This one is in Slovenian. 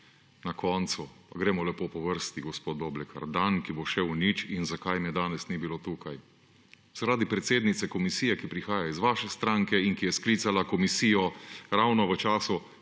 na koncu. Pa gremo lepo po vrsti. Gospod Doblekar: dan, ki bo šel v nič, in zakaj me danes ni bilo tukaj. Zaradi predsednice komisije, ki prihaja iz vaše stranke in ki je sklicala komisijo ravno v času